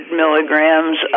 milligrams